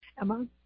Emma